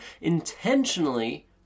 Intentionally